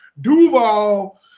Duval